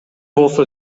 болсо